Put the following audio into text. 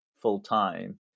full-time